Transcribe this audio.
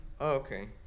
Okay